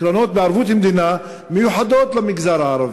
קרנות בערבות מדינה מיוחדות למגזר הערבי,